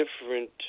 different